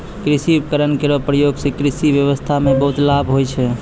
कृषि उपकरण केरो प्रयोग सें कृषि ब्यबस्था म बहुत लाभ होय छै